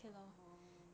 orh